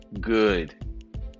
Good